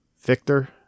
Victor